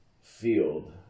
field